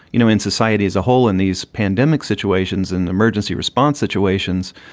you know in society as a whole, in these pandemic situations and emergency response situations,